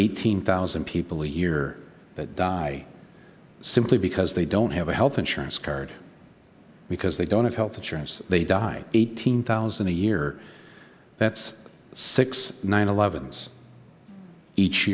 eighteen thousand people a year that die simply because they don't have a health insurance card because they don't have health insurance they died eighteen thousand a year that's six nine eleventh's each